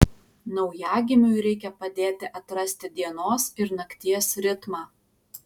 naujagimiui reikia padėti atrasti dienos ir nakties ritmą